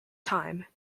time